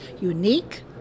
unique